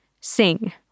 Sing